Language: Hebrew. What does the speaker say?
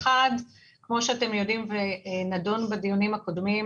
כמו שאתם יודעים ונדון בדיונים הקודמים,